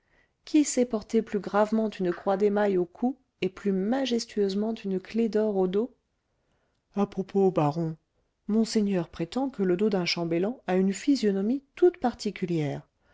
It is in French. qui sait porter plus gravement une croix d'émail au cou et plus majestueusement une clef d'or au dos à propos baron monseigneur prétend que le dos d'un chambellan a une physionomie toute particulière